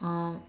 um